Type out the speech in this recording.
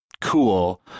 cool